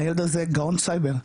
הילד הזה גאון סייבר,